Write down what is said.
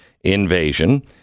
invasion